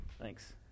Thanks